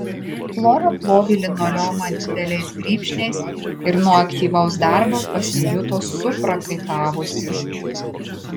flora plovė linoleumą dideliais grybšniais ir nuo aktyvaus darbo pasijuto suprakaitavusi